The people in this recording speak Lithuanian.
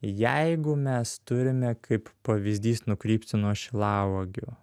jeigu mes turime kaip pavyzdys nukrypti nuo šilauogių